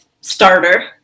starter